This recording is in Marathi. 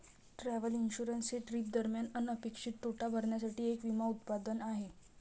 ट्रॅव्हल इन्शुरन्स हे ट्रिप दरम्यान अनपेक्षित तोटा भरण्यासाठी एक विमा उत्पादन आहे